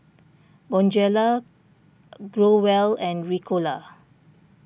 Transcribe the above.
Bonjela Growell and Ricola